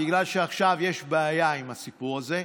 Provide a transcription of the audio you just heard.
בגלל שעכשיו יש בעיה עם הסיפור הזה,